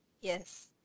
yes